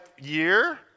year